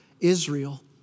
Israel